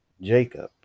jacob